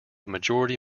majority